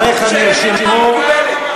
דבריך נרשמו,